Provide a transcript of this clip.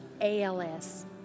ALS